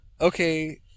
Okay